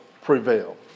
prevail